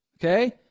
Okay